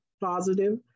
positive